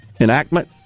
Enactment